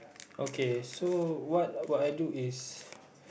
okay so what what I do is